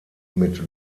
mit